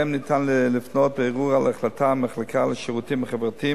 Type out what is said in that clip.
שאליהן ניתן לפנות בערעור על החלטת המחלקה לשירותים חברתיים